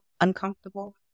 uncomfortable